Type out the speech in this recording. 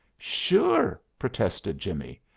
sure! protested jimmie.